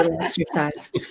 exercise